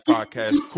Podcast